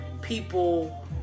people